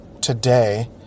today